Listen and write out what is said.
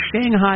Shanghai